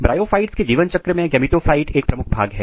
bryophytes के जीवन चक्र में गेमिटोफाइट एक प्रमुख भाग है